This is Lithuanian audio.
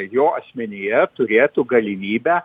jo asmenyje turėtų galimybę